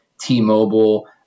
T-Mobile